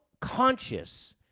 conscious